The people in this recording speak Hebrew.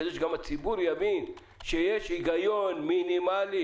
כדי שהציבור גם יבין שיש היגיון מינימלי